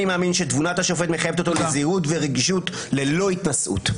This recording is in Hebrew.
אני מאמין שתבונת השופט מחייבת אותו לזהירות ורגישות ללא התנשאות".